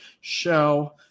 show